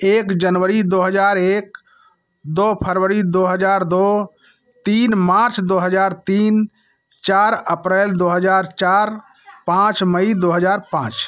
एक जनवरी दो हज़ार एक दो फरवरी दो हज़ार दो तीन मार्च दो हज़ार तीन चार अप्रैल दो हज़ार चार पाँच मई दो हज़ार पाँच